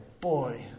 boy